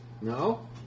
No